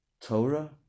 Torah